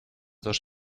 dos